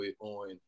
on